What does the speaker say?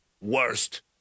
worst